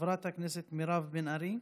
חברת הכנסת מירב בן ארי,